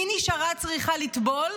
מי נשארה צריכה לטבול?